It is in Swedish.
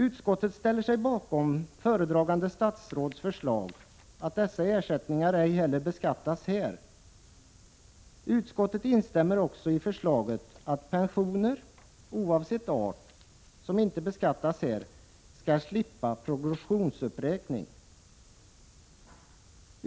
Utskottet ställer sig bakom föredragande statsråds förslag att dessa ersättningar ej heller skall beskattas här. Utskottet instämmer också i förslaget att pensioner, oavsett art, som inte beskattas här skall slippa progressionsuppräkning.